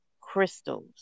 crystals